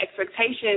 expectations